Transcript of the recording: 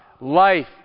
Life